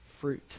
fruit